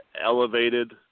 elevated